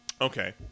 Okay